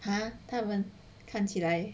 哈他们看起来